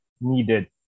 needed